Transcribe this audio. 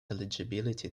eligibility